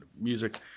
music